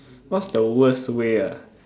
what's the worst way ah